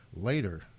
Later